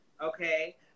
Okay